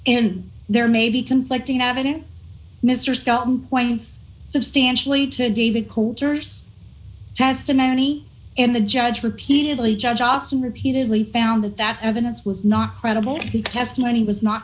and there may be conflicting evidence mr scott substantially to david coulter's testimony and the judge repeatedly judge austin repeatedly found that that evidence was not credible his testimony was not